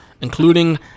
including